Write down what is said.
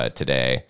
today